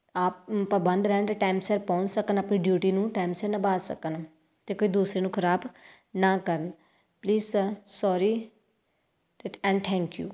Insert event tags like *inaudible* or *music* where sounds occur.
ਆਪ *unintelligible* ਪਾਬੰਦ ਰਹਿਣ ਅਤੇ ਟਾਈਮ ਸਿਰ ਪਹੁੰਚ ਸਕਣ ਆਪਣੀ ਡਿਊਟੀ ਨੂੰ ਟਾਈਮ ਸਿਰ ਨਿਭਾ ਸਕਣ ਅਤੇ ਕੋਈ ਦੂਸਰੇ ਨੂੰ ਖ਼ਰਾਬ ਨਾ ਕਰਨ please sir sorry *unintelligible* and thank you